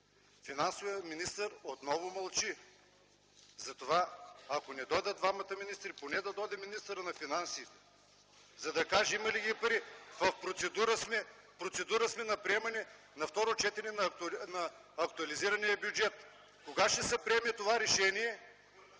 Финансовият министър отново мълчи. Затова ако не дойдат двамата министри, поне да дойде министърът на финансите, за да каже има ли ги парите. В процедура сме на приемане на второ четене на актуализирания бюджет. Кога ще се приеме това решение?